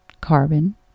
carbon